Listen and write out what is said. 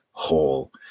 Whole